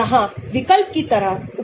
यह पांच सदस्यीय रिंग है